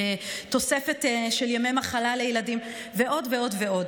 תוספת של ימי מחלה לילדים ועוד ועוד ועוד.